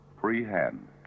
freehand